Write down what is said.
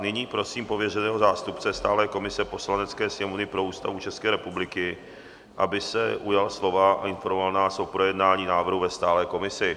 Nyní prosím pověřeného zástupce stálé komise Poslanecké sněmovny pro Ústavu České republiky, aby se ujal slova a informoval nás o projednání návrhu ve stálé komisi.